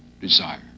desire